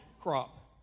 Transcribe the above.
crop